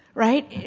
right?